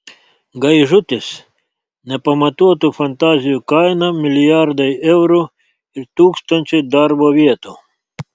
gaižutis nepamatuotų fantazijų kaina milijardai eurų ir tūkstančiai darbo vietų